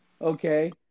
okay